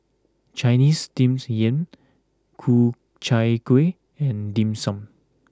Chinese Steamed Yam Ku Chai Kueh and Dim Sum